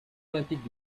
olympiques